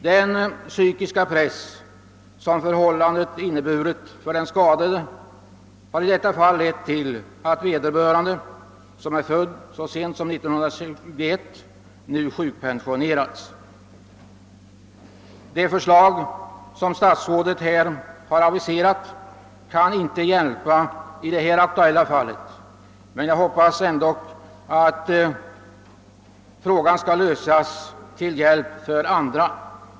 Den psykiska press som förhållandet inneburit för den skadade har lett till att vederbörande — som är född så sent som år 1921 — nu sjukpensionerats. Det förslag som statsrådet aviserat kan inte leda till att någon hjälp ges i det här aktuella fallet, men jag hoppas att frågan skall lösas för andra.